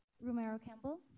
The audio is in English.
Romero-Campbell